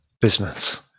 business